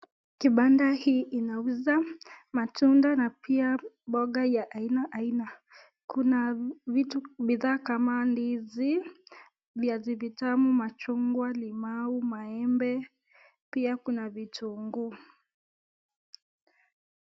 Kipanda hii inauza matunda na pia mboga ya aina aina Kuna bidhaa kama ndizi, viazi vitamu , machungwa, limau , maembe pia Kuna vitunguu.